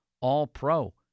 all-pro